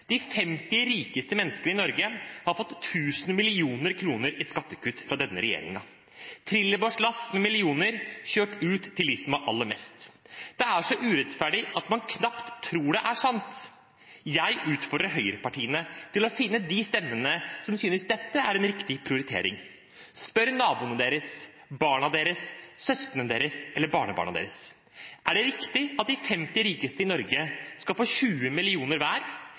De 50 rikeste menneskene i Norge har fått tusen millioner kroner i skattekutt fra denne regjeringen – trillebårslast med millioner kjørt ut til dem som har aller mest. Det er så urettferdig at man knapt tror det er sant. Jeg utfordrer høyrepartiene til å finne de stemmene som synes dette er en riktig prioritering. Spør naboene deres, barna deres, søsknene deres eller barnebarna deres: Er det riktig at de 50 rikeste i Norge skal få 20 mill. kr hver?